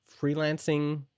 freelancing